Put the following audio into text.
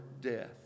death